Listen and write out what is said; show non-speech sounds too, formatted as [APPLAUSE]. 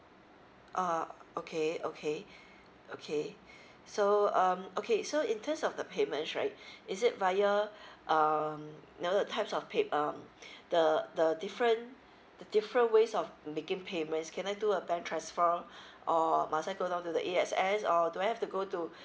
uh okay okay [BREATH] okay [BREATH] so um okay so in terms of the payments right [BREATH] is it via [BREATH] um know the types of pay~ um the the different the different ways of making payments can I do a bank transfer [BREATH] or must I go down to the A_X_S or do I have to go to [BREATH]